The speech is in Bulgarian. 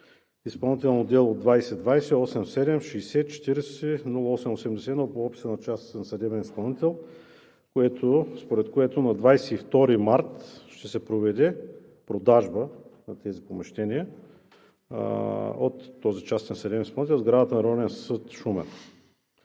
изпълнително дело № 20208760400881 по описа на частен съдебен изпълнител, според което на 22 март ще се проведе продажба на тези помещения от този частен съдебен изпълнител, в сградата на Районен съд – Шумен.